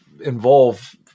involve